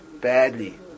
badly